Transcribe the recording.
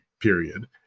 period